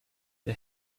der